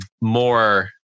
more